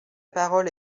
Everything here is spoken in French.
parole